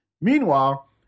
meanwhile